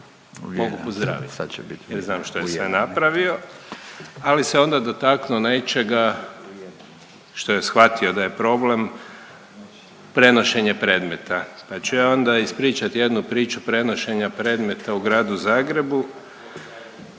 mogu pozdravit jer znam što je sve napravio, ali se onda dotaknuo nečega što je shvatio da je problem prenošenje predmeta. Pa ću ja onda ispričat jednu priču prenošenja predmeta u Gradu Zagrebu